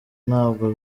ntabwo